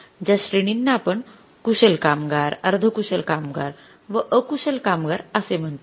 ज्या श्रेणींना आपण कुशल कामगार अर्धकुशल कामगार व अकुशल कामगार असे म्हणतो